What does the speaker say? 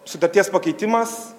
sutarties pakeitimas